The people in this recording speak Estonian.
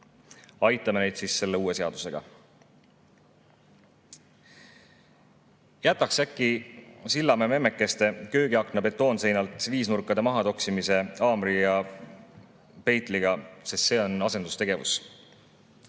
Aitame neid siis selle uue seadusega. Jätaks äkki Sillamäe memmekeste köögiakna [kõrvalt] betoonseinalt viisnurkade mahatoksimise haamri ja peitliga, sest see on asendustegevus.